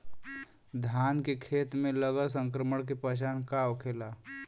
धान के खेत मे लगल संक्रमण के पहचान का होखेला?